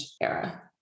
era